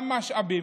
גם משאבים.